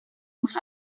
más